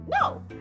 No